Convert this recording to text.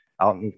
out